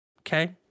okay